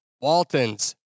Walton's